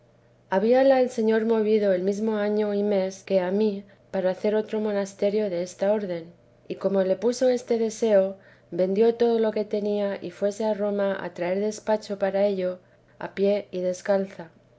habíala el señor movido el mesmo año y mes que a mí para hacer otro monasterio desta orden y como le puso este deseo vendió todo lo que tenía y fuese a roma a traer depacho para ello a pie descalza